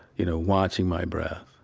you know, watching my breath,